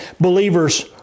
believers